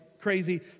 crazy